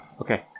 Okay